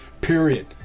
period